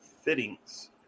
fittings